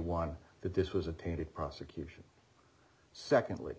one that this was a painted prosecution secondly